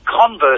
Converse